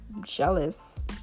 jealous